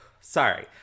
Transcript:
Sorry